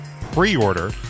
pre-order